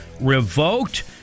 revoked